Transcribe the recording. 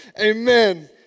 Amen